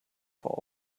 vor